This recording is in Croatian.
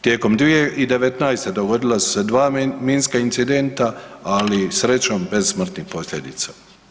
Tijekom 2019. dogodila su se dva minska incidenta, ali srećom bez smrtnih posljedica.